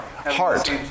Heart